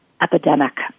epidemic